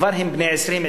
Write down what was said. כבר הם בני 20,